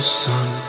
sun